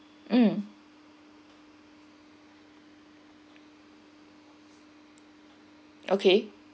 mm okay